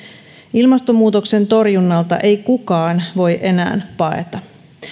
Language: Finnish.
ilmastonmuutoksen torjunnalta ei kukaan voi enää paeta